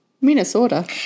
Minnesota